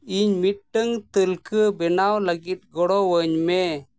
ᱤᱧ ᱢᱤᱫᱴᱟᱹᱝ ᱛᱟᱹᱞᱟᱠᱟᱹ ᱵᱮᱱᱟᱣ ᱞᱟᱹᱜᱤᱫ ᱜᱚᱲᱚ ᱟᱹᱧᱢᱮ